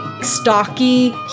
stocky